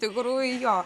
tikrųjų jo